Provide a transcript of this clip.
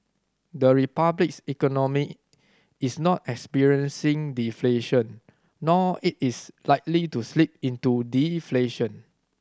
the Republic's economy is not experiencing deflation nor it is likely to slip into deflation